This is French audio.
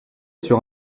sur